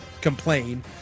complain